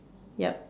yup